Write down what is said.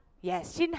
yes